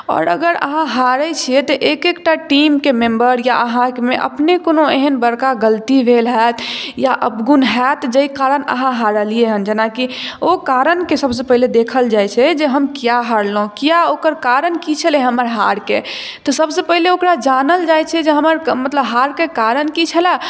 आओर अगर अहाँ हारैत छियै तऽ एक एक टा टीम के मेम्बर या अहाँके अपने कोनो एहेन बड़का गलती भेल होयत या अवगुण होयत जाहि कारण अहाँ हारलियैहन जेनाकि ओ कारणके सबसँ पहिले देखल जाइ छै जे हम किया हारलहुॅं किया ओकर कारण की छलै हमर हारके तऽ सबसँ पहिले ओकरा जानल जाइ छै जे मतलब हमर हारके कारण की छलए